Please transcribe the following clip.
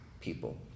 people